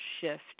shift